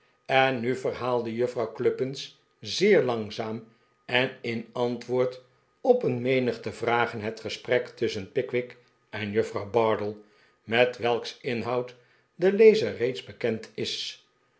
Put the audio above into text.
en nu verhaalde juffrouw cluppins zeer langzaam en in antwoord op een menigte vragen het gesprek tusschen pickwick en juffrouw bardell met welks inhoud de lezer reeds bekend is